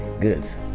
girls